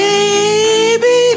Baby